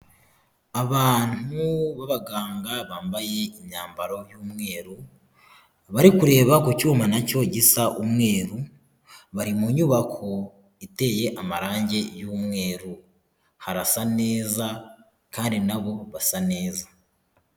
Abantu b'abaganga bambaye imyambaro y'umweru, bari kureba ku cyuma na cyo gisa umweru, bari mu nyubako iteye amarangi y'umweru. Harasa neza, kandi na bo basa neza.